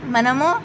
మనము